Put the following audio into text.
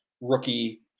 rookie